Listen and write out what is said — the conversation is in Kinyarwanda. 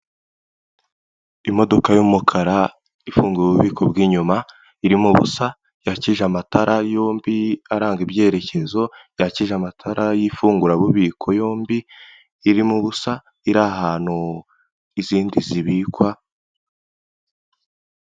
Imodoka y'umukara ifunguye ububiko bw'inyuma, irimo ubusa, yakije amatara yombi aranga ibyerekezo, yakije amatara y'ifungurabubiko yombi, irimo ubusa iri ahantu izindi zibikwa.